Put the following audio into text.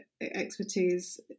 expertise